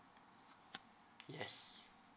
yes